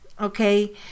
okay